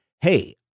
Hey